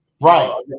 Right